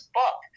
book